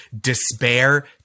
despair